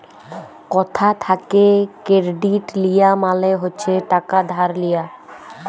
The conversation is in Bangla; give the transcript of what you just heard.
কথা থ্যাকে কেরডিট লিয়া মালে হচ্ছে টাকা ধার লিয়া